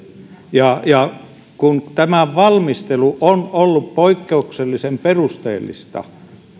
hyllylle kun tämä valmistelu on ollut poikkeuksellisen perusteellista